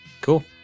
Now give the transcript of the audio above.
Cool